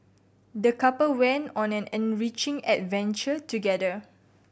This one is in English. the couple went on an enriching adventure together